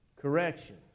correction